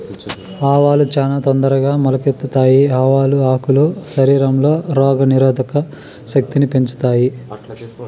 ఆవాలు చానా తొందరగా మొలకెత్తుతాయి, ఆవాల ఆకులు శరీరంలో రోగ నిరోధక శక్తిని పెంచుతాయి